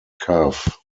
cove